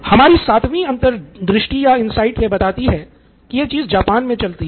हमारी सातवी अंतर्दृष्टि यह बताती है की यह चीज़ जापान में चलती है